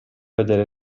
vedere